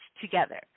together